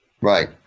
Right